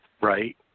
right